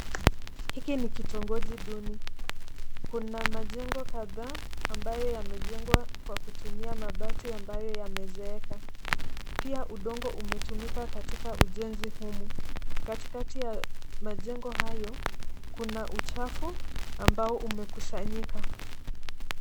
Hiki ni kitongoji duni. Kuna majengo kadhaa ambayo yamejengwa kwa kutumia mabasi ambayo yamezeeka. Pia udongo umetumika katika ujenzi humu. Katikati ya majengo hayo kuna uchafu ambao umekusanyika.